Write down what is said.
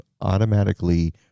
automatically